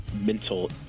mental